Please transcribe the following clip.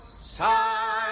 Side